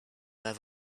have